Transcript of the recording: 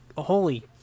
holy